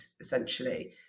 essentially